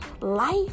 life